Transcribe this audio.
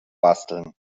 basteln